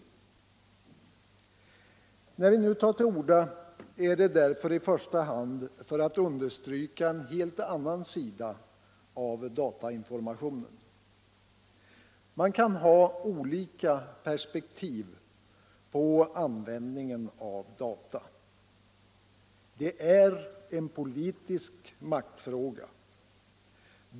När jag nu tar till orda är det därför i första hand för att understryka en helt annan sida av datainformationen. Man kan ha olika perspektiv på användning av data. Det är en politisk maktfråga.